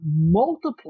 multiply